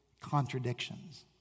contradictions